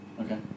Okay